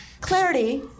Clarity